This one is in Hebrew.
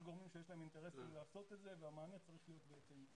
יש גורמים שיש להם אינטרסים לעשות את זה והמענה צריך להיות בהתאם.